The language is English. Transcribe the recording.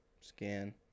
Scan